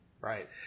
Right